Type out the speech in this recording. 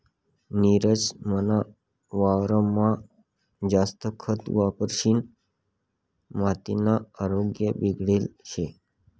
नीरज मना वावरमा जास्त खत वापरिसनी मातीना आरोग्य बिगडेल शे